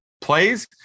plays